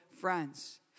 friends